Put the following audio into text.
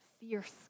fierce